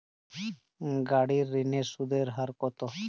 গাড়ির ঋণের সুদের হার কতো?